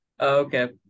Okay